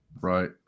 Right